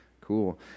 cool